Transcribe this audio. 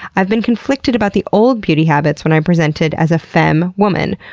i've been conflicted about the old beauty habits when i presented as a femme woman.